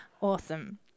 awesome